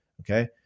Okay